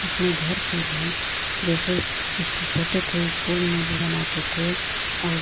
अपने घर पर भी जैसे इसको छोटे थे इस्कूल में भी बनाते थे और